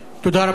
תודה רבה.